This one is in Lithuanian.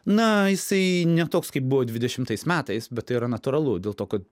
na jisai ne toks kaip buvo dvidešimtais metais bet tai yra natūralu dėl to kad